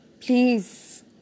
Please